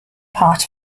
part